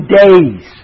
days